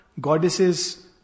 goddesses